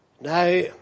Now